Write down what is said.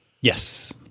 Yes